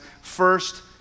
first